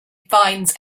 finds